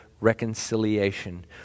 reconciliation